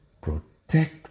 protect